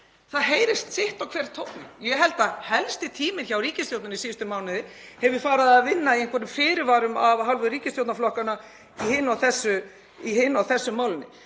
Það heyrist sitthvor tónninn. Ég held að helsti tíminn hjá ríkisstjórninni síðustu mánuði hafi verið að vinna í einhverjum fyrirvörum af hálfu ríkisstjórnarflokkanna í hinu og þessu málinu.